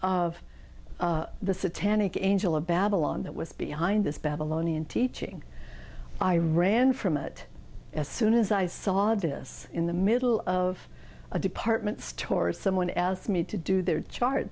of the satanic angela babylon that was behind this babylonian teaching i ran from it as soon as i saw this in the middle of a department store someone asked me to do their chart